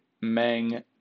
Meng